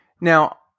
Now